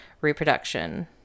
Reproduction